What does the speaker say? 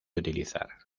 utilizar